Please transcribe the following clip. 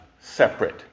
separate